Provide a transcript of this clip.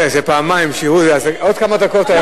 אתן לך עוד כמה דקות.